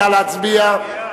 נא להצביע.